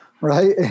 right